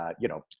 ah you know,